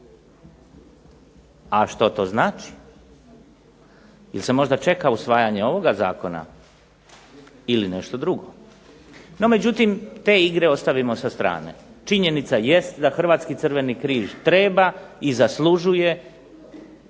a što to znači? Je li se možda čeka usvajanje ovoga zakona? Ili nešto drugo. No međutim te igre ostavimo sa strane. Činjenica jest da Hrvatski crveni križ treba i zaslužuje